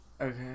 okay